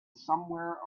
somewhere